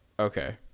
okay